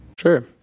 Sure